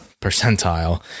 percentile